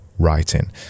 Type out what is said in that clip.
writing